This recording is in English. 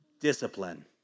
discipline